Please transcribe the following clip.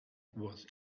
was